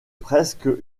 presque